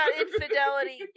infidelity